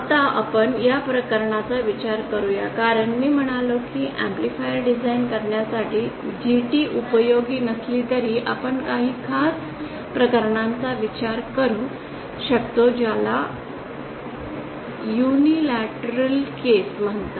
आता आपण या प्रकरणाचा विचार करू या कारण मी म्हणालो की ऍम्प्लिफायर डिझाइन करण्यासाठी GT उपयोगी नसली तरी आपण काही खास प्रकरणांचा विचार करू शकतो ज्याला युनिल्याटरलप्रकरण म्हणतात